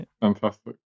fantastic